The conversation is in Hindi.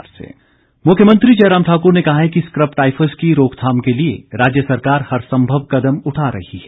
मुख्यमंत्री मुख्यमंत्री जयराम ठाक्र ने कहा है कि स्कब टायफस की रोकथाम के लिए राज्य सरकार हर संभव कदम उठा रही है